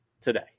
today